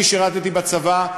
אני שירתי בצבא,